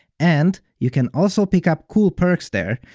and, you can also pick up cool perks there,